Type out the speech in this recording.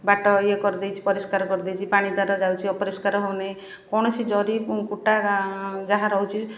ବାଟ ଇଏ କରିଦେଇଛି ପରିଷ୍କାର କରିଦେଇଛି ପାଣି ତା'ର ଯାଉଛି ଅପରିଷ୍କାର ହେଉନି କୌଣସି ଜରି କୁଟା ଯାହା ରହୁଛି